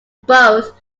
both